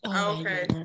Okay